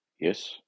Yes